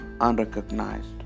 unrecognized